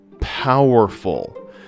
powerful